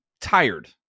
tired